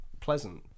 pleasant